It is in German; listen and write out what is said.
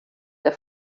der